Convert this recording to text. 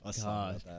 god